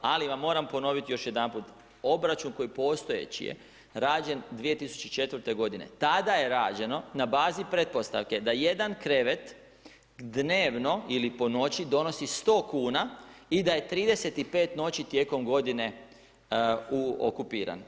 Ali vam moram ponoviti još jedanput, obračun koji postojeći je, rađen 2004. g., tada je rađeno na bazi pretpostavke da jedan krevet dnevno ili po noći donosi 100 kuna i da je 35 noći tijekom godine okupiran.